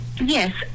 Yes